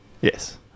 Yes